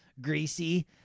greasy